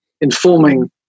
informing